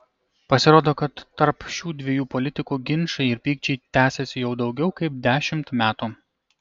pasirodo kad tarp šių dviejų politikų ginčai ir pykčiai tęsiasi jau daugiau kaip dešimt metų